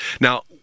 Now